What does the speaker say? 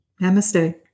Namaste